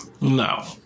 No